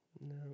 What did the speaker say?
No